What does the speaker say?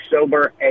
Sober